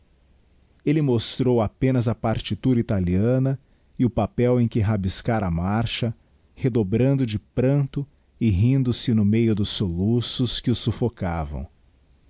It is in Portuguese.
elle mostrou apenas a partitura italiana e o papel em que rabiscara a marcha redobrando de pranto e rindo-se no meio dos soluços que o suflfocavam